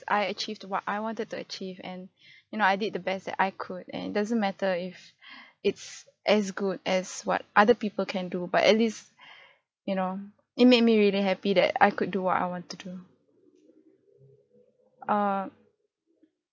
I achieved what I wanted to achieve and you know I did the best that I could and it doesn't matter if it's as good as what other people can do but at least you know it made me really happy that I could do I want to do err